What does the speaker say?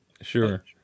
Sure